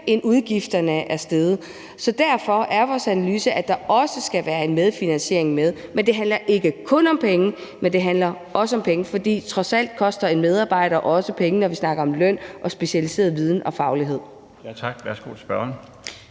end udgifterne er steget. Derfor er vores analyse, at der også skal være en medfinansiering. Det handler ikke kun om penge, men det handler også om penge, for trods alt koster en medarbejder også penge, når vi snakker om løn og specialiseret viden og faglighed.